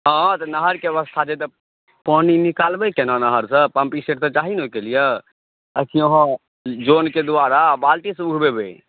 हँ तऽ नहरके व्यवस्था छै तऽ पानि निकालबै केना नहरसँ पम्पीसेट तऽ चाही ने ओहिके लिअ आकि अहाँ जनके द्वारा बाल्टीसँ उघबेबै